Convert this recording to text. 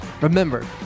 Remember